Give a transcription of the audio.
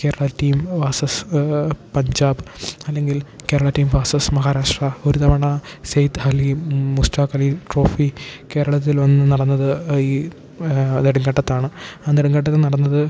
Kerala team versus Punjab അല്ലെങ്കിൽ Kerala team versus Maharashtra ഒരു തവണ സേത് ഹലി മുസ്റ്റാക്കലി ട്രോഫി കേരളത്തിൽ ഒന്ന് നടന്നത് ഈ നെടുംങ്കണ്ടത്ത് ആണ് ആ നെടുംങ്കണ്ടത്ത് നടന്നത്